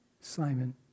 Simon